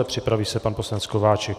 Připraví se pan poslanec Kováčik.